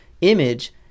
image